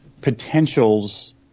potentials